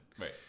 Right